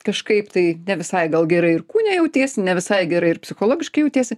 kažkaip tai ne visai gal gerai ir kūne jautiesi ne visai gerai ir psichologiškai jautiesi